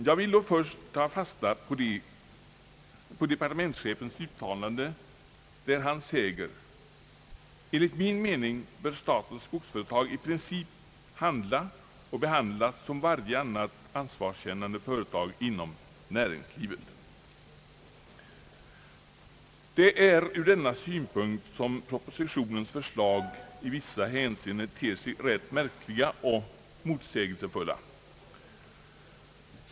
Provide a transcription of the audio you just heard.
Jag vill då först ta fasta på departementschefens uttalande där han säger: »Enligt min mening bör statens skogsföretag i princip handla och behandlas som varje annat ansvarskännande företag inom näringslivet.» Det är ur denna synpunkt som propositionens förslag i vissa hänseenden ter sig rätt märkliga och motsägelsefulla.